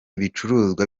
ibicuruzwa